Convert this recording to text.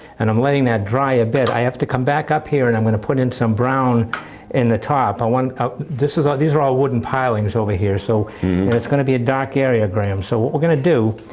and i'm letting that dry a bit. i have to come back up here and i'm going to put in some brown in the top. i want this is, ah these are all wooden piling over here, aha. so and it's going to be a dark area, graeme. so what we're going to do,